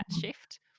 shift